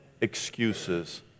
excuses